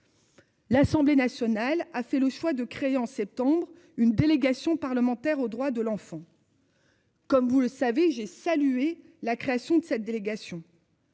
L'Assemblée nationale a fait le choix de créer en septembre une délégation parlementaire aux droits de l'enfant.-- Comme vous le savez j'ai salué la création de cette délégation.--